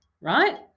right